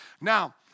Now